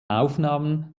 aufnahmen